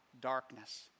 darkness